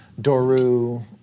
Doru